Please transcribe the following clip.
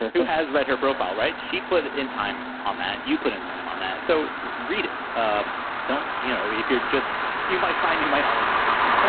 who has read her profile, right? she put in time on that. you put in time on that, so read it. um don't you know if you're just you might find you might not like this person,